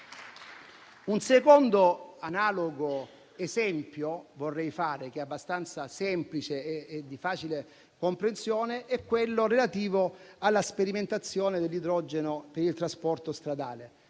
Un secondo analogo esempio che vorrei fare, abbastanza semplice e di facile comprensione, è relativo alla sperimentazione dell'idrogeno per il trasporto stradale: